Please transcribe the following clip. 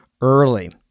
early